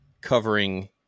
covering